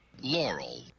Laurel